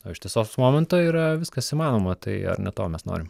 o iš tiesos momento yra viskas įmanoma tai ar ne to mes norim